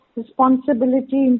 responsibility